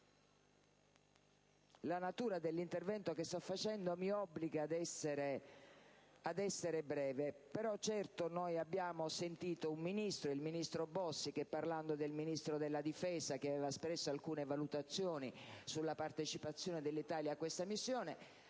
La natura dell'intervento che sto facendo mi obbliga ad essere breve, ma non posso sottacere il fatto che abbiamo sentito un Ministro, il ministro Bossi, che, parlando del Ministro della difesa, che aveva espresso alcune valutazioni sulla partecipazione dell'Italia a questa missione,